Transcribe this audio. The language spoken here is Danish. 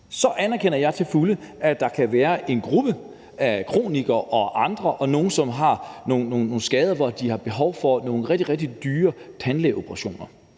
Jeg anerkender så til fulde, at der kan være en gruppe af kronikere og andre, f.eks. folk, som har nogle skader, hvor de har behov for nogle rigtig, rigtig dyre tandlægeoperationer.